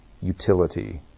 utility